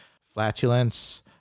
flatulence